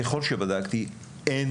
ככל שבדקתי, אין